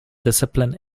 discipline